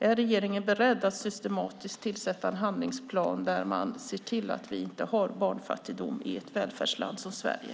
Är regeringen beredd att systematiskt skapa en handlingsplan där man ser till att vi inte har barnfattigdom i ett välfärdsland som Sverige?